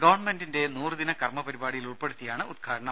ഗവൺമെന്റിന്റെ നൂറുദിന കർമ്മ പരിപാടിയിൽ ഉൾപ്പെടുത്തിയാണ് ഉദ്ഘാടനം